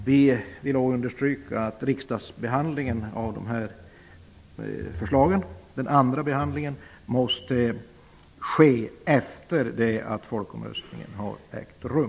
Vi vill understryka att den andra riksdagsbehandlingen av de här förslagen måste ske efter det att folkomröstningen har ägt rum.